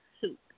soup